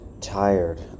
tired